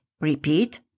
Repeat